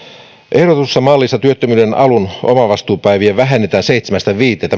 ehdotetussa mallissa työttömyyden alun omavastuupäiviä vähennetään seitsemästä viiteen